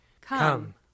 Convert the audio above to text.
Come